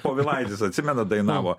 povilaitis atsimena dainavo